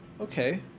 okay